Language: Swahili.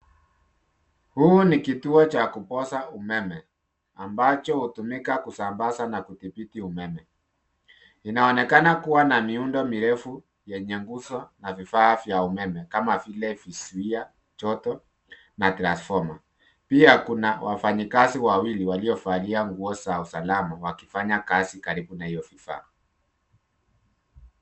Huu ni kituo cha kupoza umeme ambacho hutumika kusambaza na kudhibiti umeme . Inaonekana kuwa na miundo mirefu yenye nguzo na vifaa vya umeme kama vile vizuia joto na transfoma. Pia kuna wafanyikazi wawili waliovalia nguo za usalama wakifanya kazi karibu na hiyo vifaa.